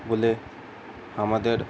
বলে আমাদের